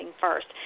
first